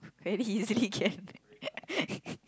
very easily can